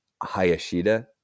Hayashida